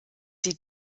sie